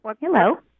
Hello